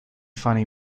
funny